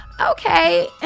okay